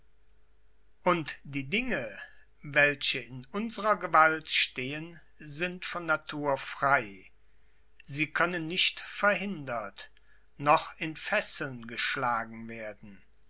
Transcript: und die dinge welche in unserer gewalt stehen sind von natur frei sie können nicht verhindert noch in fesseln geschlagen werden